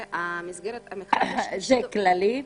המכרז השלישי --- זה כללי?